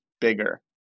bigger